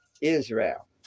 Israel